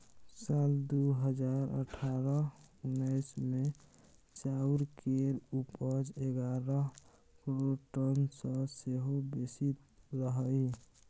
साल दु हजार अठारह उन्नैस मे चाउर केर उपज एगारह करोड़ टन सँ सेहो बेसी रहइ